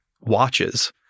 watches